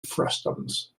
frustums